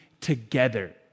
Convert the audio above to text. together